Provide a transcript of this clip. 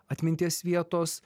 atminties vietos